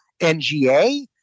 NGA